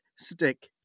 stick